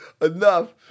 enough